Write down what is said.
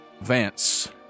Vance